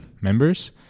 members